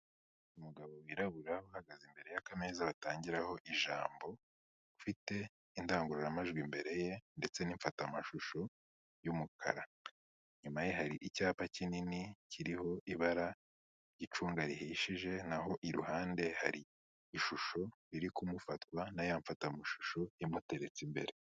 Umugabo wirabura uhagaze imbere y'akameza batangiraho ijambo, ufite indangururamajwi imbere ye ndetse n'imfatamashusho y'umukara, inyuma ye hari icyapa kinini kiriho ibara ry'icunga rihishije, naho iruhande hari ishusho iri kumufata na ya mfatamashusho imuteretse imbere.